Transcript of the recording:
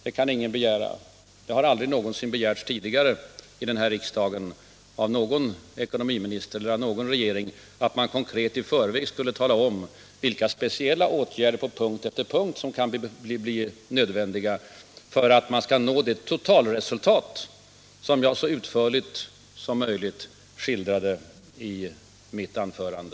Det har aldrig någonsin tidigare här i riksdagen begärts av en ekonomiminister eller av en regering att man konkret i förväg skall tala om vilka speciella åtgärder på punkt efter punkt som kan bli nödvändiga för att man skall nå det totalresultat som jag så utförligt som möjligt skildrade i mitt anförande.